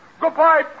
Goodbye